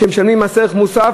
משלמים מס ערך מוסף,